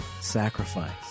sacrifice